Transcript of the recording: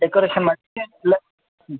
decoration ಮಾಡ್ ಹ್ಞು